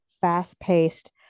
fast-paced